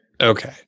Okay